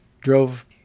drove